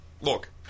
Look